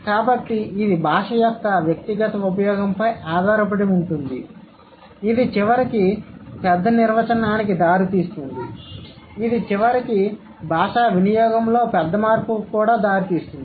కాబట్టి ఇది భాష యొక్క వ్యక్తిగత ఉపయోగంపై ఆధారపడి ఉంటుంది ఇది చివరికి పెద్ద నిర్వచనానికి దారి తీస్తుంది ఇది చివరికి భాషా వినియోగంలో పెద్ద మార్పుకు దారితీస్తుంది